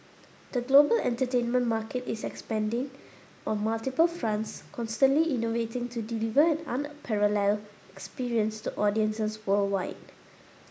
the global entertainment market is expanding on multiple fronts constantly innovating to deliver an unparalleled experience to audiences worldwide